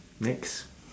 next